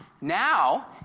now